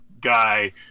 guy